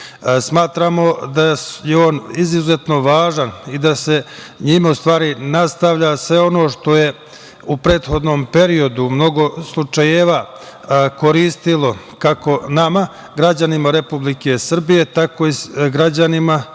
Smatramo da je on izuzetno važan i da se njime nastavlja sve ono što je u prethodnom periodu mnogo slučajeva koristilo kako nama građanima Republike Srbije, tako i građanima SAD,